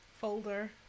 folder